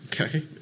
Okay